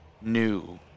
new